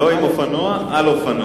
לא עם אופנוע, על אופנוע.